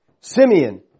Simeon